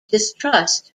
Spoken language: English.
distrust